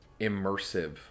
immersive